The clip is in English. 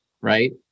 right